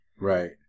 Right